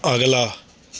ਅਗਲਾ